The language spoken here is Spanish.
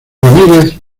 ramírez